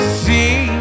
see